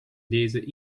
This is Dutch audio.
lezen